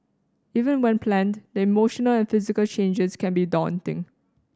even when planned the emotional and physical changes can be daunting